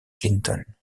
clinton